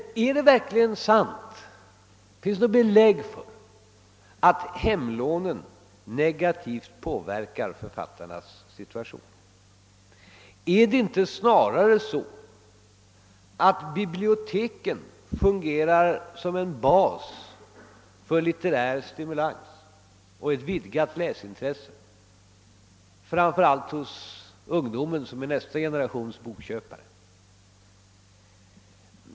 Men är det verkligen sant och finns det något belägg för att hemlånen negativt påverkar författarnas situation? Är det inte snarare så att biblioteken fungerar som en bas för litterär stimulans och ett vidgat läsintresse, framför allt hos ungdomen som är nästa generations bokköpare?